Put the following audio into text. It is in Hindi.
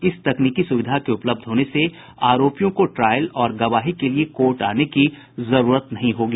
इस तकनीकी सुविधा के उपलब्ध होने से आरोपियों को ट्रायल और गवाही के लिए कोर्ट आने की जरूरत नहीं होगी